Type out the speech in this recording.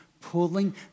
pulling